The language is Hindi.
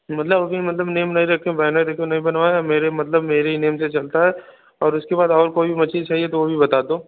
मतलब अभी मतलब नेम नहीं रखे बैनर देखो नहीं बनवाए हैं मेरे मतलब मेरे ही नेम से चलता है और उसके बाद और कोई भी मछली चाहिए तो वह भी बता दो